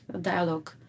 dialogue